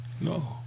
No